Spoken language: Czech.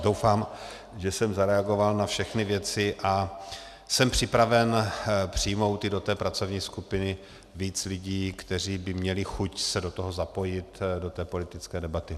Doufám, že jsem zareagoval na všechny věci, a jsem připraven přijmout i do té pracovní skupiny víc lidí, kteří by měli chuť se do toho, do té politické debaty, zapojit.